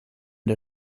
der